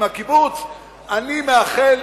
גולמיים לוואדיות ולנחלי הגדה המערבית.